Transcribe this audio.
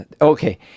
okay